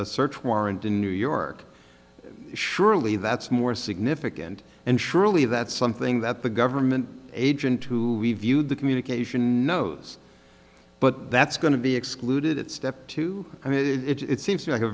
a search warrant in new york surely that's more significant and surely that's something that the government agent who reviewed the communication knows but that's going to be excluded at step two i mean it seems like a